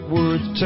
Worth